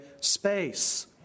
space